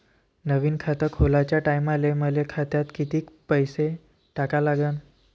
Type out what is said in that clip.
नवीन खात खोलाच्या टायमाले मले खात्यात कितीक पैसे टाका लागन?